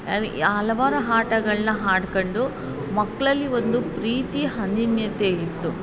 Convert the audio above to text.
ಅವೆ ಹಲವಾರು ಆಟಗಳನ್ನ ಆಡ್ಕೊಂಡು ಮಕ್ಕಳಲ್ಲಿ ಒಂದು ಪ್ರೀತಿ ಅನ್ಯೋನ್ಯತೆ ಇತ್ತು